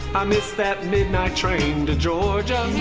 i missed that midnight train to georgia